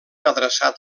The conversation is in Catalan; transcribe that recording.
adreçat